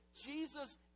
Jesus